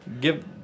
give